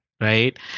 right